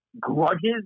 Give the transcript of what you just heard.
Grudges